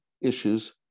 issues